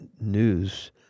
news